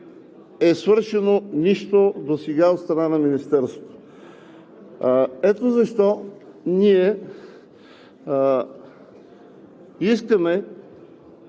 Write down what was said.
е свършено нищо досега от страна на Министерството. Ето защо ние искаме